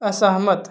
असहमत